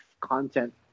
content